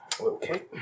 Okay